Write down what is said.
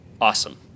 awesome